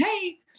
Hey